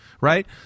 Right